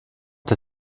der